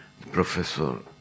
professor